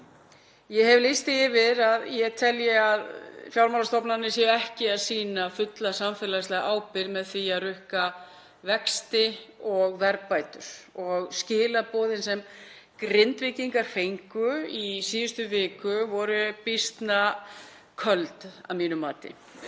Ég hef lýst því yfir að ég telji að fjármálastofnanir séu ekki að sýna fulla samfélagslega ábyrgð með því að rukka vexti og verðbætur. Skilaboðin sem Grindvíkingar fengu í síðustu viku voru býsna köld að mínu mati.